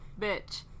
bitch